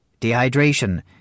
dehydration